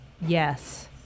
Yes